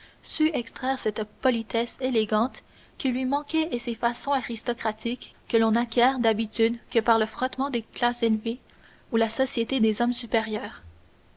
sut extraire cette politesse élégante qui lui manquait et ces façons aristocratiques que l'on n'acquiert d'habitude que par le frottement des classes élevées ou la société des hommes supérieurs